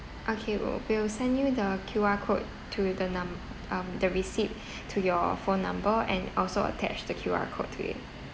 okay we'll we'll send you the Q_R code to the num~ um the receipt to your phone number and also attach the Q_R code to it